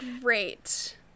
Great